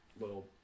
little